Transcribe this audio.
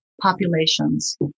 populations